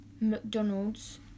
McDonald's